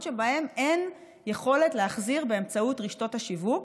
שבהם אין יכולת להחזיר באמצעות רשתות השיווק,